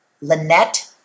Lynette